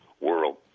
world